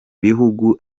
bihugu